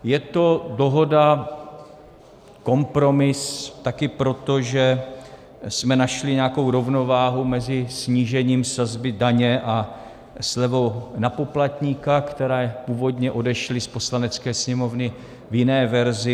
Je to dohoda, kompromis taky proto, že jsme našli nějakou rovnováhu mezi snížením sazby daně a slevou na poplatníka, které původně odešly z Poslanecké sněmovny v jiné verzi.